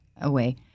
away